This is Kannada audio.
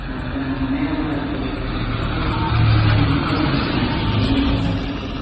ಅದ್ಕೆ ನಾನು ಮನೆಯಾಗ ಮಾಡೋದ್ ಕಲಿಬೇಕು ಅಂತಂದು ನೋಡಿದೆ ಎಣ್ಣೆ ಕಾಯ್ಸಕಿಟ್ಟೆ